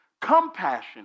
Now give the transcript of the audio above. compassion